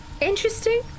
Interesting